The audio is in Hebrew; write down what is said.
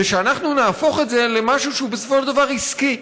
זה שאנחנו נהפוך את זה למשהו שהוא בסופו של דבר עסקי,